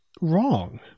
wrong